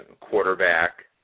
quarterback